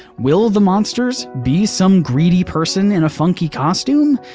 will the monsters be some greedy person in a funky costume,